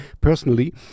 personally